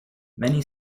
many